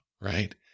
right